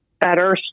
better